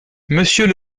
monsieur